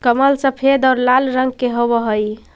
कमल सफेद और लाल रंग के हवअ हई